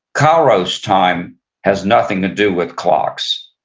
kairos time has nothing to do with clocks.